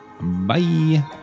Bye